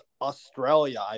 Australia